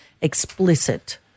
explicit